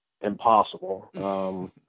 impossible